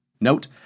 Note